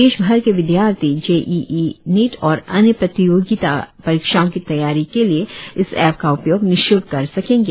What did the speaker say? देशभर के विदयार्थी जेईई नीट और अन्य प्रतियोगिता परीक्षाओं की तैयारी के लिए इस ऐप का उपयोग निश्ल्क कर सकेंगे